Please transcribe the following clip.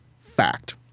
FACT